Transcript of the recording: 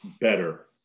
better